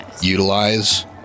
utilize